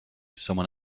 someone